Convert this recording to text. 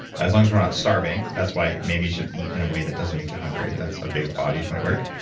as long as we're not starving. that's why maybe you should eat in a way that doesn't make you hungry. that's a big body of my work.